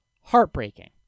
Heartbreaking